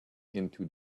into